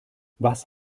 was